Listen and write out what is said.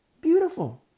Beautiful